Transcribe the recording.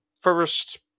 first